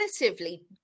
relatively